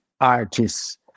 artists